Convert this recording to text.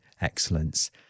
excellence